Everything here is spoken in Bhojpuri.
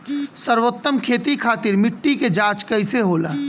सर्वोत्तम खेती खातिर मिट्टी के जाँच कइसे होला?